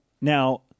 now